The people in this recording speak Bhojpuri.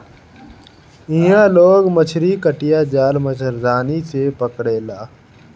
इहां लोग मछरी कटिया, जाल, मछरदानी से पकड़ेला